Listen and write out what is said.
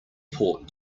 port